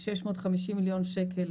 650 מיליון שקל,